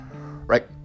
right